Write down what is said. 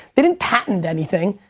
they didn't patent anything.